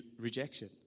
rejection